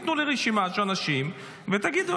תיתנו לי רשימה של אנשים ותגידו,